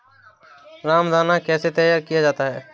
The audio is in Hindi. रामदाना कैसे तैयार किया जाता है?